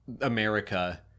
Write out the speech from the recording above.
America